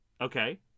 Okay